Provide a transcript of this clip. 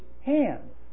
hands